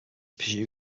pursue